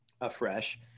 afresh